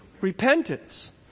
Repentance